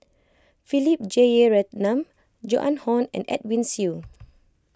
Philip Jeyaretnam Joan Hon and Edwin Siew